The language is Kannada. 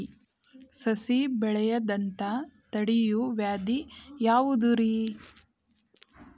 ಸಸಿ ಬೆಳೆಯದಂತ ತಡಿಯೋ ವ್ಯಾಧಿ ಯಾವುದು ರಿ?